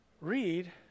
read